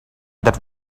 that